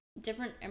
different